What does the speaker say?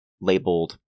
labeled